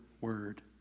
word